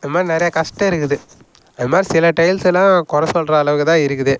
அதுமாதிரி நிறையா கஷ்டம் இருக்குது அது மாதிரி சில டைல்ஸ் எல்லாம் கொறை சொல்கிற அளவுக்கு தான் இருக்குது